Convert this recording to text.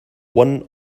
one